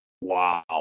Wow